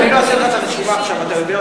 אני לא אעשה לך את הרשימה עכשיו, אתה יודע אותה,